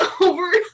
over